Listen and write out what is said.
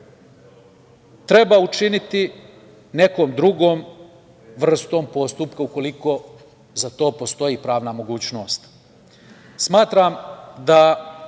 treba učiniti nekom drugom vrstom postupka ukoliko za to postoji pravna mogućnost. Smatram da